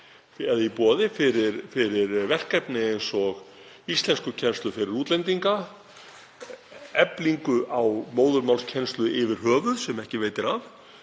í boði fyrir verkefni eins og íslenskukennslu fyrir útlendinga eða eflingu á móðurmálskennslu yfir höfuð, sem ekki veitir af.